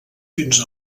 fins